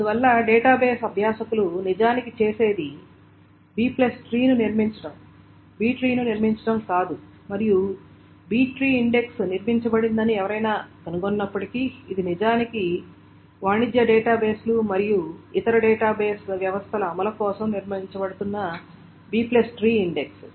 అందువల్ల డేటాబేస్ అభ్యాసకులు నిజానికి చేసేది Bట్రీ ను నిర్మించడం B ట్రీ ను నిర్మించడం కాదు మరియు B ట్రీ ఇండెక్స్ నిర్మించబడిందని ఎవరైనా కనుగొన్నప్పటికీ ఇది నిజానికి వాణిజ్య డేటాబేస్ లు మరియు ఇతర డేటాబేస్ వ్యవస్థల అమలు కోసం నిర్మించబడుతున్న Bట్రీ ఇండెక్స్